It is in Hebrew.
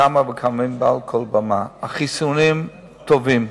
כמה פעמים מעל כל במה: החיסונים טובים.